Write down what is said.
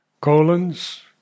colons